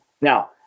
Now